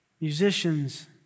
musicians